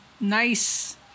nice